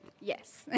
Yes